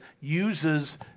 uses